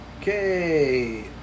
Okay